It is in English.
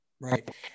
Right